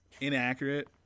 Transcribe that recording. inaccurate